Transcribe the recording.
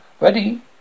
ready